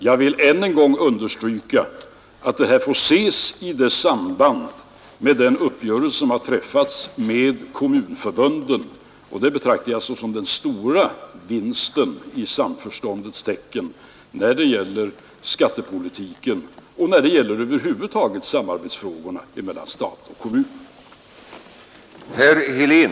Jag vill än en gång understryka att detta får ses i samband med den uppgörelse som träffats med kommunförbunden, och den överenskommelsen betraktar jag som stora vinsten i samförståndets tecken när det gäller skattepolitiken och över huvud taget samarbetet mellan stat och kommun.